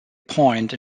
point